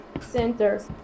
centers